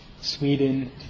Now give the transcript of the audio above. Sweden